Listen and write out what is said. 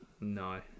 No